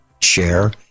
share